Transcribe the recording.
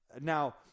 Now